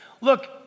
Look